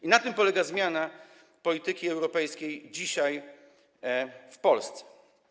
I na tym polega zmiana polityki europejskiej dzisiaj w Polsce.